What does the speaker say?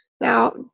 Now